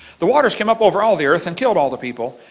the waters came up over all the earth and killed all the people.